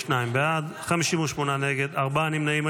נגד, ארבעה נמנעים.